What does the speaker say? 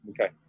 Okay